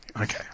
Okay